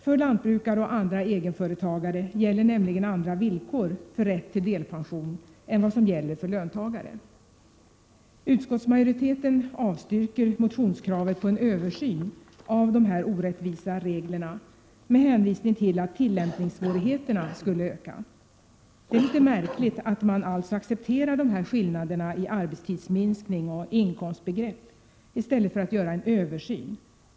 För lantbrukare och andra egenföretagare gäller nämligen andra villkor för rätt till delpension än vad som gäller för löntagare. Utskottsmajoriteten avstyrker motionskravet på en översyn av de orättvisa reglerna, med hänsvisning till att tillämpningssvårigheterna skulle öka. Det är litet märkligt att man accepterar de här skillnaderna i arbetstidsminskning och inkomstbegrepp i stället för att göra en översyn.